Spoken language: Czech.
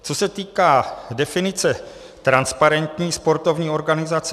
Co se týká definice transparentní sportovní organizace.